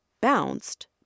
bounced